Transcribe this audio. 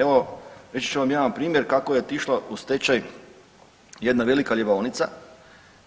Evo reći ću vam jedan primjer kako je otišla u stečaj jedna velika ljevaonica